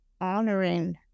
honoring